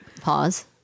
Pause